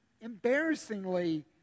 embarrassingly